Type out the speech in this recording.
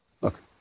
Look